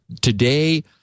today